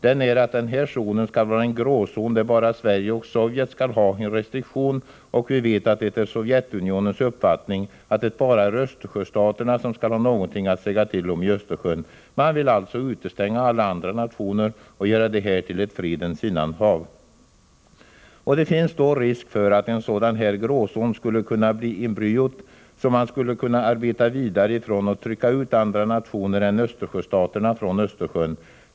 Den är att den här zonen skall vara en gråzon där bara Sverige och Sovjet skall ha en restriktion, och vi vet att det är Sovjetunionens uppfattning att det bara är östersjöstaterna som skall ha någonting att säga till omi Östersjön. Man vill alltså utestänga alla andra nationer och göra det här till ett fredens innanhav. Och det finns då risk för att en sådan här gråzon skulle kunna bli embryot som man skulle kunna arbeta vidare ifrån och trycka ut andra nationer än östersjöstaterna ifrån Östersjön.